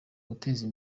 guteza